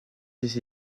ses